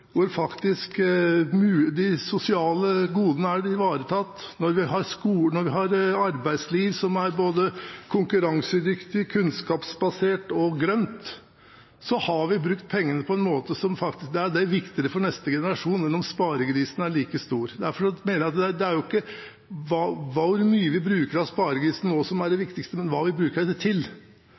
hvor de sosiale godene er ivaretatt, når vi har et arbeidsliv som er både konkurransedyktig, kunnskapsbasert og grønt, så har vi brukt pengene på en måte som er viktigere for neste generasjon enn at sparegrisen er like full. Derfor mener jeg at det ikke er hvor mye vi bruker av sparegrisen nå, som er det viktigste, men hva vi bruker pengene til.